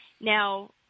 Now